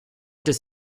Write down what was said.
does